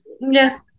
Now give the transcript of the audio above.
Yes